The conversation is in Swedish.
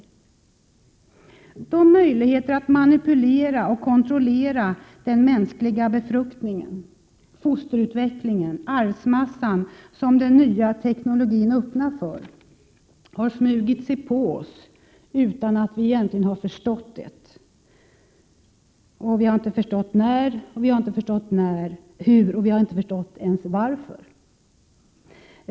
De 39 möjligheter att manipulera och kontrollera den mänskliga befruktningen, fosterutvecklingen, arvsmassan, som den nya teknologin öppnar för, har smugit sig på oss utan att vi riktigt förstått när, hur eller ens varför.